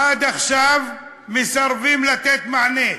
עד עכשיו מסרבים לתת מענה.